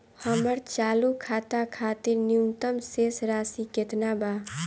हमर चालू खाता खातिर न्यूनतम शेष राशि केतना बा?